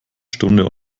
stunde